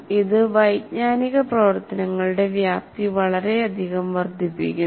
ഇത് വൈജ്ഞാനിക പ്രവർത്തനങ്ങളുടെ വ്യാപ്തി വളരെയധികം വർദ്ധിപ്പിക്കുന്നു